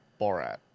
Borat